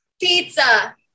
pizza